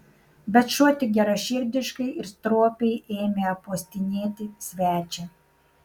bet šuo tik geraširdiškai ir stropiai ėmė apuostinėti svečią